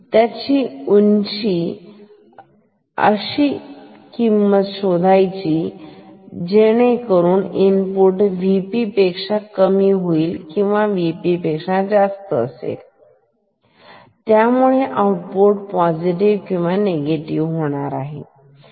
तर इंची अशी किंमत शोधायची जेणेकरून इनपुट हे VP पेक्षा कमी किंवा VP पेक्षा जास्त होईल आणि त्यामुळे आउटपुट पॉझिटिव्ह किंवा निगेटिव्ह होईल ठीक